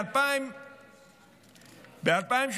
ב-2018,